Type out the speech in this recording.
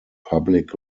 public